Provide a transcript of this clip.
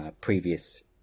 previous